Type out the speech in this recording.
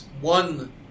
one